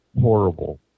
horrible